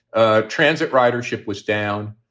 ah transit ridership was down.